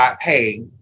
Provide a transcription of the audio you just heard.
hey